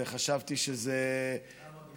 וחשבתי שזה, למה?